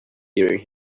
during